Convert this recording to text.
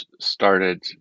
started